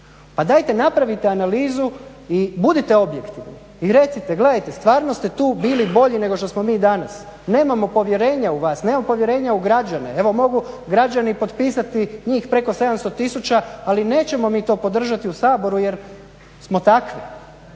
Pa dajte napravite analizu i budite objektivni i recite gledajte stvarno ste tu bili bolji nego što smo mi danas. Nemamo povjerenja u vas, nemamo povjerenja u građane. Evo mogu građani potpisati njih preko 700 tisuća, ali nećemo mi to podržati u Saboru jer smo takvi.